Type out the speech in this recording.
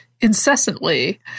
incessantly